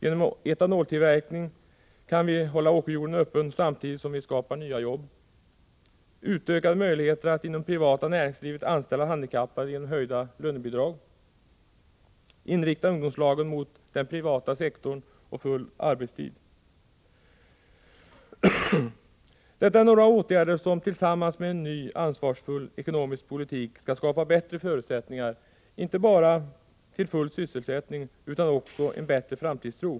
Genom etanoltillverkning kan vi hålla åkerjorden öppen samtidigt som vi skapar nya jobb — genom höjda lönebidrag utöka möjligheterna att inom det privata näringslivet anställa handikappade —- inrikta ungdomslagen mot den privata sektorn och full arbetstid. Detta är några åtgärder som tillsammans med en ny ansvarsfull ekonomisk politik skall skapa bättre förutsättningar inte bara för full sysselsättning utan också för en större framtidstro.